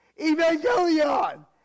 Evangelion